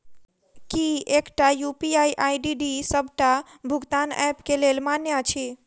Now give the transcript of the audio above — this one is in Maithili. की एकटा यु.पी.आई आई.डी डी सबटा भुगतान ऐप केँ लेल मान्य अछि?